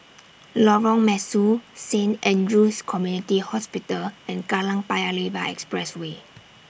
Lorong Mesu Saint Andrew's Community Hospital and Kallang Paya Lebar Expressway